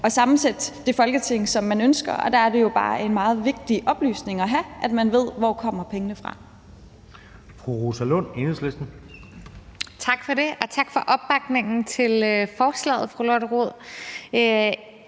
at sammensætte det Folketing, som de ønsker. Der er det jo bare en meget vigtig oplysning have, at man ved, hvor pengene